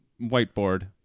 whiteboard